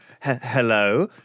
hello